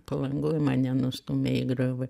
palangoj mane nustūmė į griovį